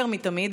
יותר מתמיד.